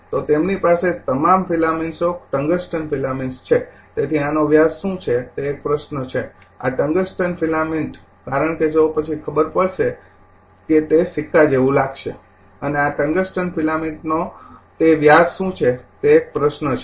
તો તેમની પાસે તમામ ટંગસ્ટન ફિલામેન્ટ્સ છે તેથી આનો વ્યાસ શું છે તે એક પ્રશ્ન છે આ ટંગસ્ટન ફિલામેન્ટ કારણ કે જો પછી ખબર પડશે કે તે સિક્કા જેવું લાગશે અને આ ટંગસ્ટન ફિલામેન્ટનો તે વ્યાસ શું છે તે આ એક પ્રશ્ન છે